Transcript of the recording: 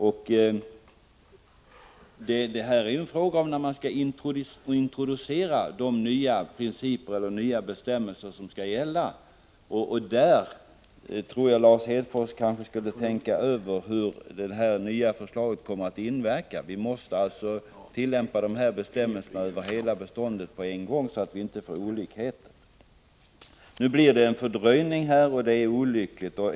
Det här är ju en fråga om när man skall introducera de nya bestämmelser som skall gälla, och jag tycker att Lars Hedfors kanske skulle tänka över hur det nya förslaget kommer att inverka. Vi måste alltså tillämpa de här bestämmelserna över hela beståndet på en gång, så att vi inte får olikheter. Nu blir det en fördröjning, och det är olyckligt.